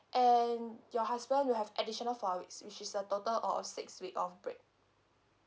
and your husband will have additional four weeks which is a total o~ of six week of break